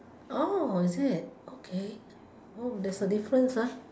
oh is it okay oh there's a difference ah